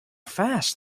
fast